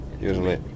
usually